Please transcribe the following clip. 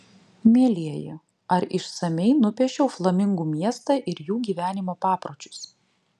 mielieji ar išsamiai nupiešiau flamingų miestą ir jų gyvenimo papročius